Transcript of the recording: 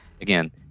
again